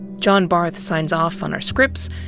john barth signs off on our scripts.